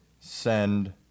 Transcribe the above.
send